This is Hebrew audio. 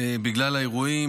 בגלל האירועים,